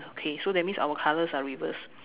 okay so that means our colors are reversed